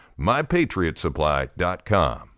MyPatriotSupply.com